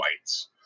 whites